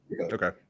okay